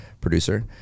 producer